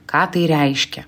ką tai reiškia